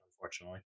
Unfortunately